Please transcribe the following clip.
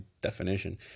definition